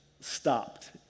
stopped